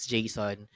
Jason